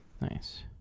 Nice